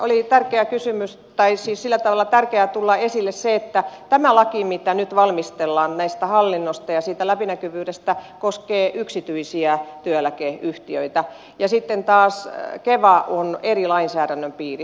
oli tärkeä kysymys tai siis oli sillä tavalla tärkeää tulla esille se että tämä laki mitä nyt valmistellaan hallinnosta ja siitä läpinäkyvyydestä koskee yksityisiä työeläkeyhtiöitä ja sitten taas keva on eri lainsäädännön piirissä